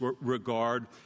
regard